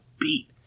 beat